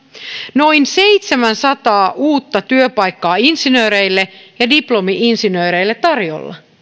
noin seitsemänsataa uutta työpaikkaa insinööreille ja diplomi insinööreille tarjolla